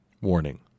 Warning